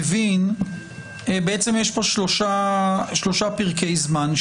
אני מבין, בעצם יש פה שלושה פרקי זמן.